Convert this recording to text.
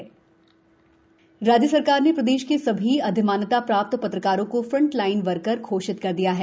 प्रदेश corona राज्य सरकार ने प्रदेश में सभी अधिमान्यता प्राप्त शत्रकारों को फ्रंट लाइन वर्कर घोषित कर दिया है